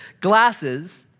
glasses